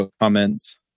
comments